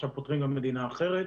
ועכשיו פותחים גם מדינה אחרת,